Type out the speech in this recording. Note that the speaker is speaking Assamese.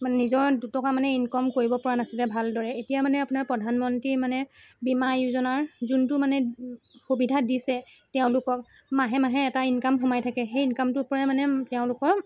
নিজৰ দুটকা মানে ইনকাম কৰিব পৰা নাছিলে ভালদৰে এতিয়া মানে প্ৰধানমন্ত্ৰী মানে বীমা য়োজনাৰ যোনটো মানে সুবিধা দিছে তেওঁলোকক মাহে মাহে এটা ইনকাম সোমাই থাকে সেই ইনকামটোৰ পৰাই মানে তেওঁলোকৰ